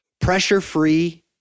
pressure-free